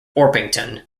orpington